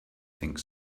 think